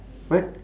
what